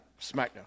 SmackDown